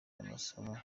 amasomo